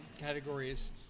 categories